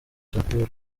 shakur